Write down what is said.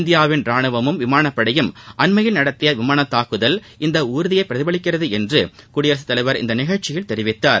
இந்தியாவின் ராணுவமும் விமானப்படையும் அண்மையில் நடத்திய விமானத்தாக்குதல் இந்த உறுதியை பிரதிபலிக்கிறது என்று குடியரசுத்தலைவர் இந்த நிகழ்ச்சியில் தெரிவித்தார்